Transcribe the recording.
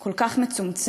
כל כך מצומצם,